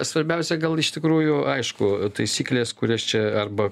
svarbiausia gal iš tikrųjų aišku taisyklės kurias čia arba